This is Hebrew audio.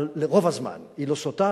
אבל רוב הזמן היא לא סוטה,